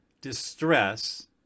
distress